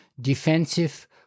defensive